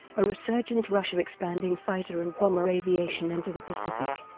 a resurgent russia expanding fighter and bomber aviation into the pacific,